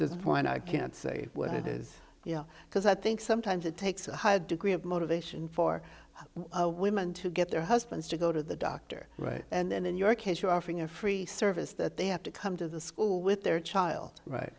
this point i can't say what it is because i think sometimes it takes a high degree of motivation for women to get their husbands to go to the doctor right and in your case you're offering a free service that they have to come to the school with their child right